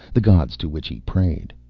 the gods to which he prayed.